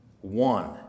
one